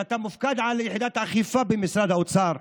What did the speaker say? שאתה מופקד על יחידת האכיפה במשרד האוצר,